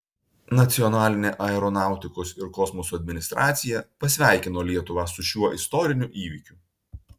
nacionalinė aeronautikos ir kosmoso administracija pasveikino lietuvą su šiuo istoriniu įvykiu